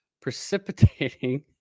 precipitating